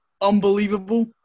unbelievable